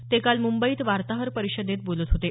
ते काल मुंबईत वार्ताहर परिषदेत बोलत होते